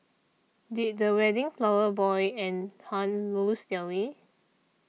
did the wedding flower boy and Hun lose their way